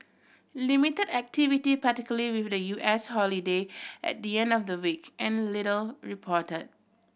limited activity particularly with the U S holiday at the end of the week and little report